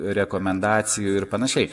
rekomendacijų ir panašiai